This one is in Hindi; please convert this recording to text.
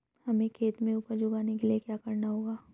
हमें खेत में उपज उगाने के लिये क्या करना होगा?